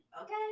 okay